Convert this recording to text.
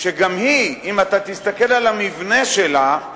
שגם היא, אם אתה תסתכל על המבנה שלה,